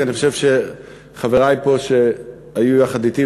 כי אני חושב שחברי פה שהיו יחד אתי,